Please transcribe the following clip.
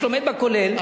שלומד בכולל,